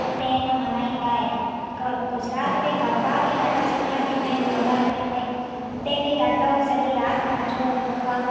ऐं पोइ इते आहे न मल्हाईंदा आहिनि ग गुजरात में गरबा बि ॾाढा सुठा थींदा आहिनि नवरात्रिनि में उते बि ॾाढो सॼी रात मज़ो ईंदा आहे